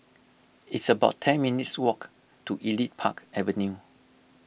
it's about ten minutes' walk to Elite Park Avenue